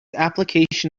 application